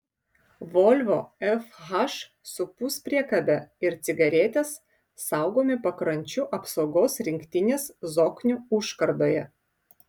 volvo fh su puspriekabe ir cigaretės saugomi pakrančių apsaugos rinktinės zoknių užkardoje